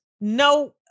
no